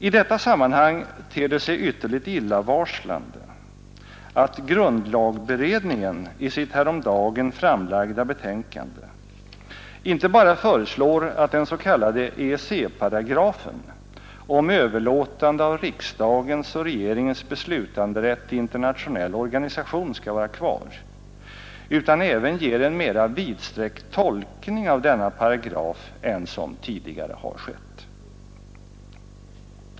I detta sammanhang ter det sig ytterligt illavarslande att grundlagberedningen i sitt häromdagen framlagda betänkande inte bara föreslår att den s.k. EEC-paragrafen om överlåtande av riksdagens och regeringens beslutanderätt till en internationell organisation skall vara kvar utan även ger en mera vidsträckt tolkning av denna paragraf än som tidigare har skett.